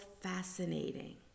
fascinating